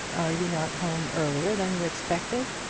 are you not home earlier than you expected?